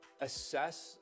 assess